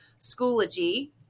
Schoology